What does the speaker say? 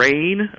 Rain